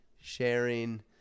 sharing